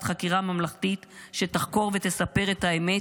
חקירה ממלכתית שתחקור ותספר את האמת,